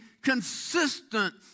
consistent